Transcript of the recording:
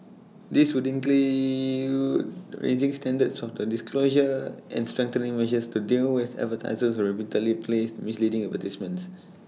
this would raising standards of disclosure and strengthening measures to deal with advertisers who repeatedly place misleading advertisements